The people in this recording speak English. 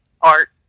art